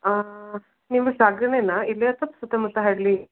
ನೀವು ಸಾಗರನೆನಾ ಇಲ್ಲಿ ಅಥವಾ ಸುತ್ತಮುತ್ತ ಹಳ್ಳಿ